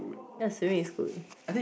ya swimming is cool